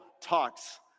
talks